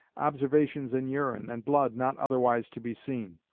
observations in urine and blood not otherwise to be seen.